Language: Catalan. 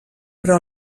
però